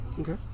Okay